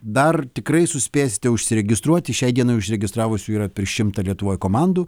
dar tikrai suspėsite užsiregistruoti šiai dienai užregistravusių yra šimtą lietuvoj komandų